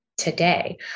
today